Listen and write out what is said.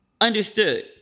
Understood